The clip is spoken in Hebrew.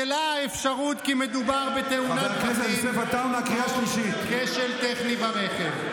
ונשללה האפשרות כי מדובר בתאונת דרכים או כשל טכני ברכב.